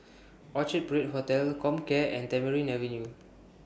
Orchard Parade Hotel Comcare and Tamarind Avenue